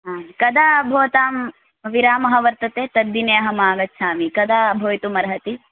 आम् कदा भवतां विरामः वर्तते तद्दिने अहम् आगच्छामि कदा भवितुमर्हति